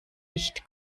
nicht